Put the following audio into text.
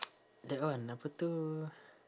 that one apa tu